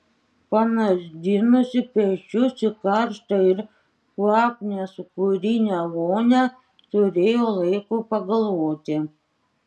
panardinusi pečius į karštą ir kvapnią sūkurinę vonią turėjo laiko pagalvoti